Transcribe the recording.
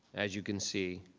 as you can see,